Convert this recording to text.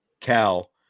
Cal